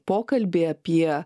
pokalbį apie